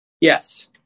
Yes